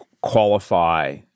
qualify